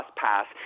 pass